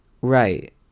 Right